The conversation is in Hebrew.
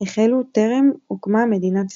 החלו טרם הוקמה מדינת ישראל.